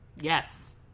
Yes